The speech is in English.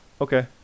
Okay